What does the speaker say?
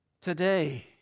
Today